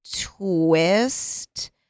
twist